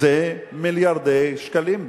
זה מיליארדי שקלים,